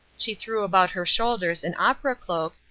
she threw about her shoulders an opera cloak,